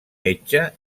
metge